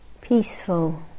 peaceful